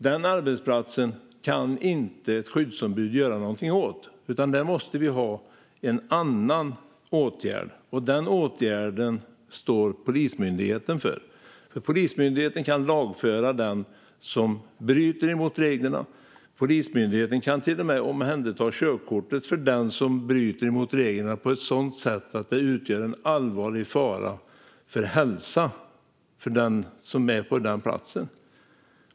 Den arbetsplatsen kan ett skyddsombud inte göra någonting åt, utan där måste vi ha en annan åtgärd. Den åtgärden står Polismyndigheten för, för Polismyndigheten kan lagföra den som bryter mot reglerna. Polismyndigheten kan till och med ta körkortet från den som bryter mot reglerna på ett sådant sätt att det utgör allvarlig fara för hälsan för den som befinner sig på platsen.